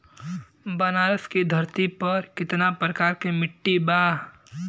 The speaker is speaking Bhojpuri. बनारस की धरती पर कितना प्रकार के मिट्टी बा?